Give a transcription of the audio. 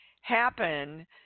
happen